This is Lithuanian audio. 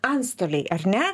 antstoliai ar ne